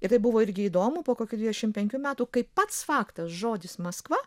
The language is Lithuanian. ir tai buvo irgi įdomu po kokių dvidešimt penkių metų kai pats faktas žodis maskva